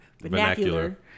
vernacular